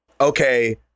okay